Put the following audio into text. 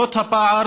למרות הפער